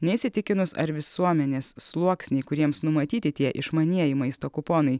neįsitikinus ar visuomenės sluoksniai kuriems numatyti tie išmanieji maisto kuponai